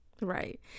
Right